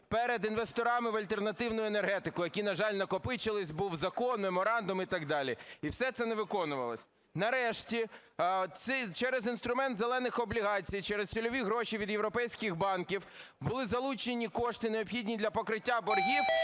перед інвесторами в альтернативну енергетику, які, на жаль, накопичилися, був закон, меморандум і так далі, і все це не виконувалося. Нарешті через інструмент "зелених" облігацій, через цільові гроші від європейських банків були залучені кошти, необхідні для покриття боргів,